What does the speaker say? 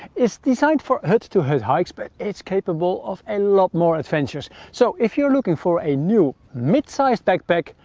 it's designed for hut to hut hikes, but it's capable of a and lot more adventures. so if you're looking for a new mid-size backpack,